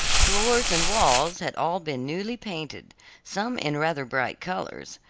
floors and walls had all been newly painted some in rather bright colors.